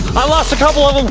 i lost a couple of them.